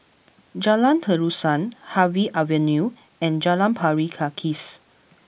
Jalan Terusan Harvey Avenue and Jalan Pari Kikis